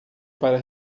para